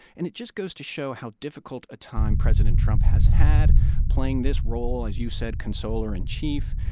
and it just goes to show how difficult a time president trump has had playing this role, as you said, consoler in chief.